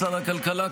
שר הכלכלה,